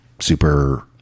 super